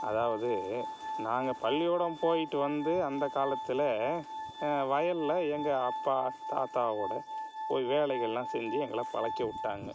அதாவது நாங்கள் பள்ளியோடம் போயிட்டு வந்து அந்த காலத்தில் வயலில் எங்கள் அப்பா தாத்தாவோடய போய் வேலைகளெலாம் செஞ்சு எங்களை பழக்கிவிட்டாங்க